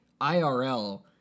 IRL